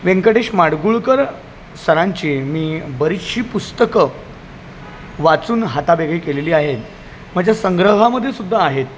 व्यंकटेश माडगूळकर सरांची मी बरीचशी पुस्तकं वाचून हातावेगळी केलेली आहेत माझ्या संग्रहामध्ये सुद्धा आहेत